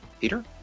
Peter